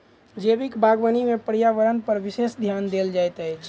जैविक बागवानी मे पर्यावरणपर विशेष ध्यान देल जाइत छै